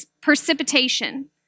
precipitation